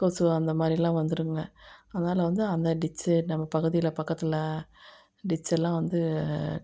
கொசு அந்த மாதிரியெல்லாம் வந்துடுங்க அதனால் வந்து அந்த டிச்சி பகுதியில் பக்கத்தில் டிச்செல்லாம் வந்து